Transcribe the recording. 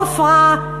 עופרה,